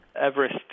Everest